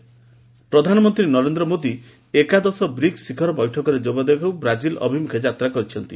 PM BRICS ପ୍ରଧାନମନ୍ତ୍ରୀ ନରେନ୍ଦ୍ର ମୋଦୀ ଏକାଦଶ BRICS ଶିଖର ବୈଠକରେ ଯୋଗଦେବାକୁ ବ୍ରାଜିଲ ଅଭିମୁଖେ ଯାତ୍ରା କରିଛନ୍ତି